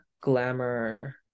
Glamour